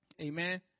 Amen